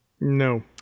No